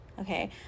okay